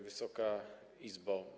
Wysoka Izbo!